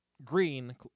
Green